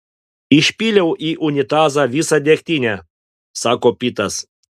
išpyliau į unitazą visą degtinę sako pitas